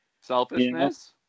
Selfishness